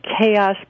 Chaos